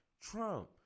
Trump